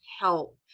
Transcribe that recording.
help